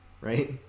Right